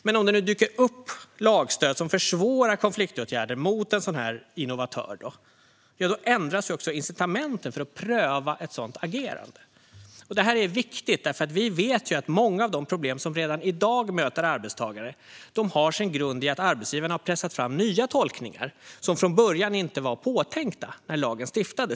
Men om det nu dyker upp lagstöd som försvårar konfliktåtgärder mot en sådan här innovatör ändras också incitamenten för att pröva ett sådant agerande. Det här är viktigt! Vi vet ju att många av de problem som redan i dag möter arbetstagare har sin grund i att arbetsgivarna har pressat fram nya tolkningar som från början, när lagen stiftades, inte var påtänkta.